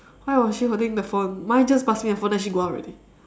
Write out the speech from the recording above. why was she holding the phone mine just pass me the phone then she go out already